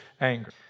anger